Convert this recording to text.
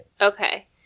Okay